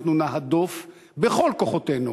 אנחנו נהדוף בכל כוחותינו,